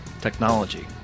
Technology